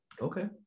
Okay